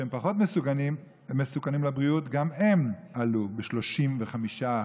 שהם פחות מסוכנים לבריאות, גם הם עלו ב-35%.